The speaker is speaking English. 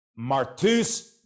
Martus